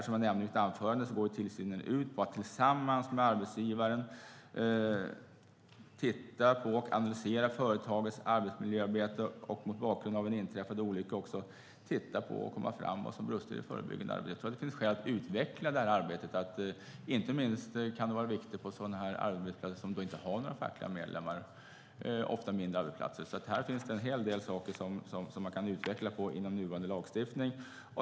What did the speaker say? Som jag nämnde i mitt anförande går tillsynen ut på att tillsammans med arbetsgivaren titta på och analysera företagets arbetsmiljöarbete och mot bakgrund av en inträffad olycka också titta på vad som har brustit i det förebyggande arbetet. Det finns skäl att utveckla det här arbetet. Inte minst kan det vara viktigt på arbetsplatser som inte har några fackliga medlemmar, ofta mindre arbetsplatser. Här finns det en hel del saker som man kan utveckla inom nuvarande lagstiftning.